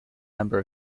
number